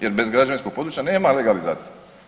Jer bez građevinskog područja nema legalizacije.